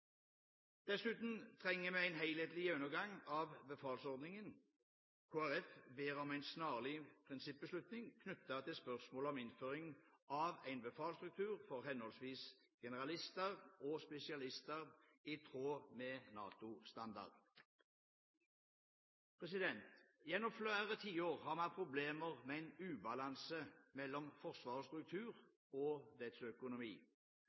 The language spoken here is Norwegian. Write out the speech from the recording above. Dessuten trenger vi en helhetlig gjennomgang av befalsordningen. Kristelig Folkeparti ber om en snarlig prinsippbeslutning knyttet til spørsmålet om innføring av en befalsstruktur for henholdsvis generalister og spesialister i tråd med NATO-standarder. Gjennom flere tiår har vi hatt et problem med en ubalanse mellom Forsvarets struktur og dets økonomi.